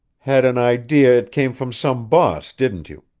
had an idea it came from some boss, didn't you?